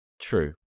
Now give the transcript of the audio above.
True